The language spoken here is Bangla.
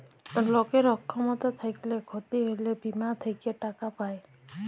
লকের অক্ষমতা থ্যাইকলে ক্ষতি হ্যইলে বীমা থ্যাইকে টাকা পায়